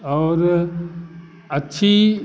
और अच्छी